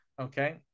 Okay